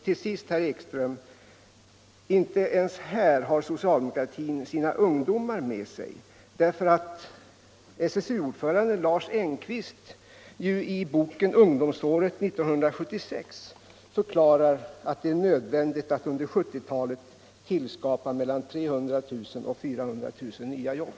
Till sist, herr Ekström: Inte ens här har socialdemokratin sina ungdomar med sig, därför att SSU-ordföranden Lars Engqvist ju i boken Ungdomsåret 1976 förklarar att det är nödvändigt att under 1970-talet tillskapa mellan 300 000 och 400 000 nya jobb.